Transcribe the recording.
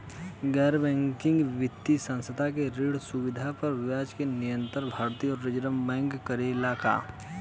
गैर बैंकिंग वित्तीय संस्था से ऋण सुविधा पर ब्याज के नियंत्रण भारती य रिजर्व बैंक करे ला का?